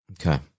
Okay